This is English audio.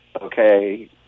okay